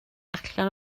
allan